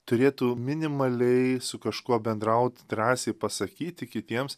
turėtų minimaliai su kažkuo bendraut drąsiai pasakyti kitiems